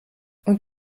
und